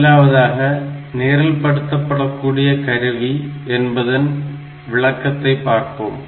முதலாவதாக நிரல்படுத்தக்கூடிய கருவி என்பதன் விளக்கத்தை பார்ப்போம்